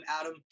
Adam